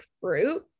fruit